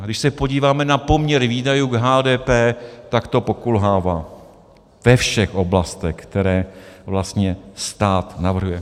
A když se podíváme na poměr výdajů k HDP, tak to pokulhává ve všech oblastech, které vlastně stát navrhuje.